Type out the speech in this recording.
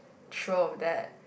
sure of that